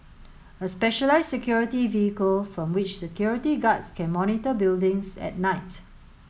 a specialised security vehicle from which security guards can monitor buildings at night